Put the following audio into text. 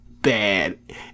bad